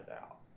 out